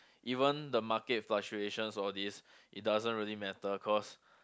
even the market fluctuation all these it doesn't really matter cause